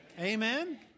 Amen